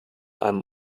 einem